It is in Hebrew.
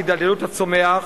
הידלדלות הצומח,